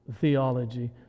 theology